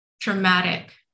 traumatic